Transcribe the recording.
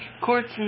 Courts